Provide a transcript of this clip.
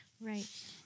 Right